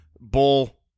bull